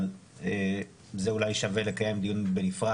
אבל זה אולי שווה לקיים דיון בנפרד.